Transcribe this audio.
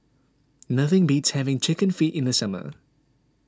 nothing beats having Chicken Feet in the summer